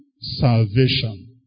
Salvation